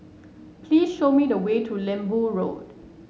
please show me the way to Lembu Road